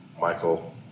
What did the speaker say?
Michael